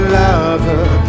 lover